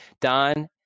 Don